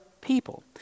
people